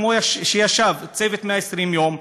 כמו שישב "צוות 120 הימים",